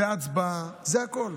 זו ההצבעה, זה הכול.